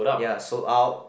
ya sold out